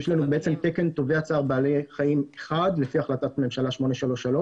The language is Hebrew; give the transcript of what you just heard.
יש לנו תקן אחד של תובע צער בעלי חיים לפי החלטת ממשלה 833,